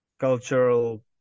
cultural